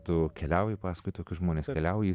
tu keliauji paskui tokius žmones keliauji